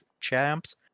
champs